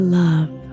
love